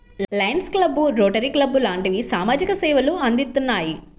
Lions club, Rotary club లాంటివి సామాజిక సేవలు అందిత్తున్నాయి